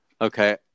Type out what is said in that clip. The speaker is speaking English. Okay